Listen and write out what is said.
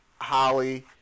Holly